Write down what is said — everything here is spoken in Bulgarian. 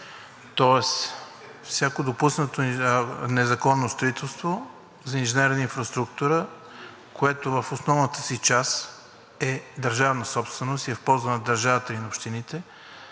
тоест всяко допуснато незаконно строителство на инженерна инфраструктура, което в основната си част е държавна собственост и е в полза на държавата и на общините.